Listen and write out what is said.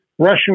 Russian